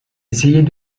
essayait